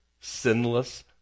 sinless